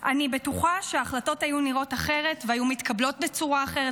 אני בטוחה שההחלטות היו נראות אחרת והיו מתקבלות בצורה אחרת.